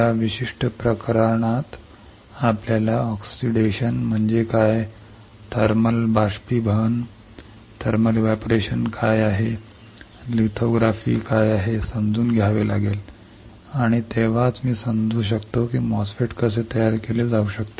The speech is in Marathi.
त्या विशिष्ट प्रकरणात आपल्याला ऑक्सिडेशन म्हणजे काय थर्मल बाष्पीभवन काय आहे लिथोग्राफी काय आहे हे समजून घ्यावे लागेल आणि तेव्हाच मी समजेल की MOSFET कसे तयार केले जाऊ शकते